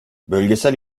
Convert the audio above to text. bölgesel